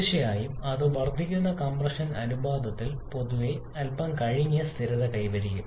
തീർച്ചയായും അത് വർദ്ധിക്കുന്ന കംപ്രഷൻ അനുപാതത്തിൽ പൊതുവെ അൽപ്പം കഴിഞ്ഞ് സ്ഥിരത കൈവരിക്കും